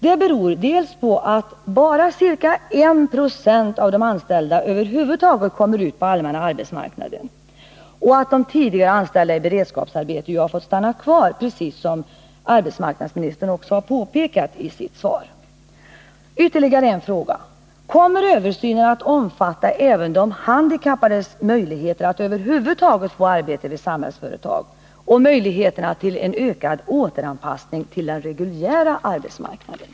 Det beror delvis på att bara ca 1 26 av de anställda över huvud taget kommer ut på allmänna arbetsmarknaden och att de i beredskapsarbete tidigare anställda har fått stanna kvar — precis som arbetsmarknadsministern också påpekat i sitt svar — när Samhällsföretag startade. Dessutom är produktionen vid flera av företagen ej alls anpassad för handikappade. Ytterligare en fråga: Kommer översynen att omfatta även de handikappades möjligheter att över huvud taget få arbete vid Samhällsföretag och deras möjligheter till en ökad återanpassning till den reguljära arbetsmarknaden?